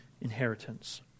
inheritance